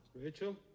Rachel